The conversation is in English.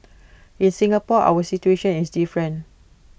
in Singapore our situation is different